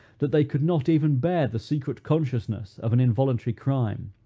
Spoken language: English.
that they could not even bear the secret consciousness of an involuntary crime,